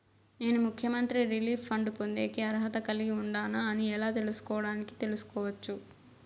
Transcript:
నేను ముఖ్యమంత్రి relief fund పొందేకి అర్హత కలిగి ఉండానా అని ఎలా తెలుసుకోవడానికి తెలుసుకోవచ్చు